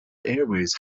airways